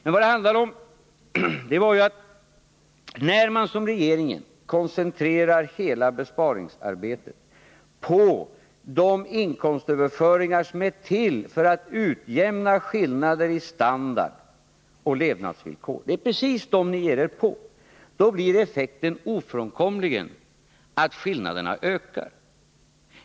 Men vad det handlar om är ju att när man, som regeringen gör, koncentrerar hela besparingsarbetet på de inkomstöverföringar som är till för att utjämna skillnaderna i standard och levnadsvillkor — det är precis dem ni ger er på — blir effekten ofrånkomligen att skillnaderna ökar.